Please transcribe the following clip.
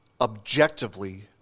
objectively